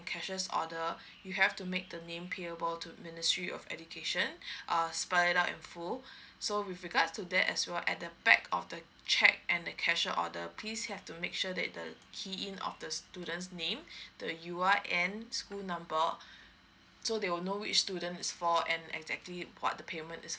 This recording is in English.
cashiers order you have to make the name payable to ministry of education err spell it out in full so with regards to that as well at the back of the cheque and the cashier order please have to make sure that the key in of the students name the U_R_N school number so they will know which student it's for and exactly what the payment is